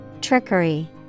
Trickery